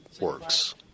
works